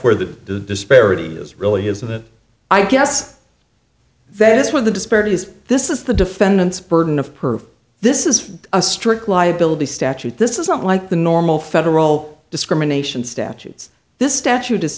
where the disparity is really is that i guess that's where the disparity is this is the defendant's burden of proof this is a strict liability statute this isn't like the normal federal discrimination statutes this statute